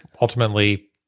Ultimately